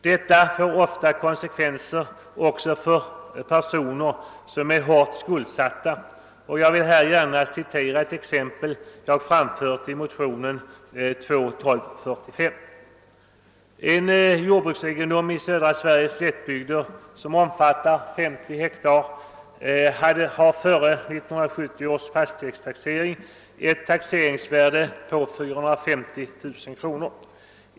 Detta får ofta konsekvenser också för personer som är hårt skuldsatta. Jag vill gärna referera ett exempel som jag redovisat i motionen II: 1245. En jordbruksegendom i södra Sveriges slättbygder, som omfattar 50 hektar, hade före 1970 års fastighetstaxering ett taxeringsvärde på 450 000 kr.